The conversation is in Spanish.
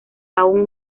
aún